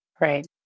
right